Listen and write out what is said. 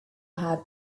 have